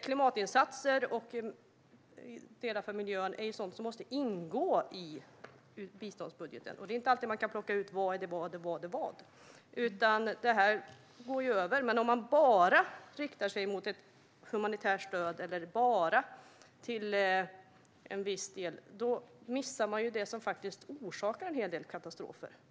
Klimatinsatser och delar för miljön är sådant som måste ingå i biståndsbudgeten, och det är inte alltid som man kan plocka ut vad som är vad. Men om man bara inriktar sig på ett humanitärt stöd eller bara på en viss del missar man det som orsakar en hel del katastrofer.